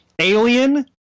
Alien